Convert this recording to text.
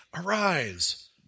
arise